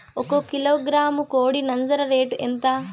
ఒక కిలోగ్రాము కోడి నంజర రేటు ఎంత?